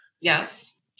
Yes